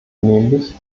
nämlich